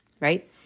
right